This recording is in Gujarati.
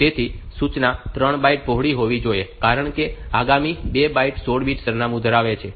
તેથી સૂચના 3 બાઈટ પહોળી હોવી જોઈએ કારણ કે આગામી 2 બાઈટ 16 બીટ સરનામું ધરાવે છે